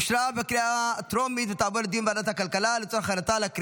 לוועדת הכלכלה נתקבלה.